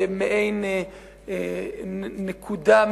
כמעין נקודה,